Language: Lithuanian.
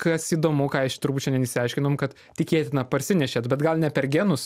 kas įdomu ką iš turbūt šiandien išsiaiškinom kad tikėtina parsinešė bet gal ne per genus